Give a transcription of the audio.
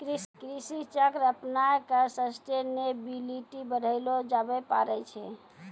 कृषि चक्र अपनाय क सस्टेनेबिलिटी बढ़ैलो जाबे पारै छै